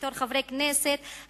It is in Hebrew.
בתור חברי כנסת,